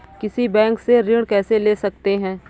किसी बैंक से ऋण कैसे ले सकते हैं?